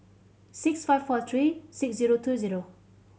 six five four three six zero two zero